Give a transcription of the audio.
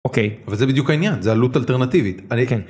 זה בדיוק העניין זה עלות אלטרנטיבית.